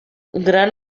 gran